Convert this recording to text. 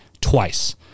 twice